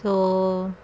so